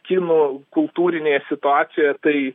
kinų kultūrinėje situacijoje tai